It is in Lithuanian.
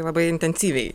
labai intensyviai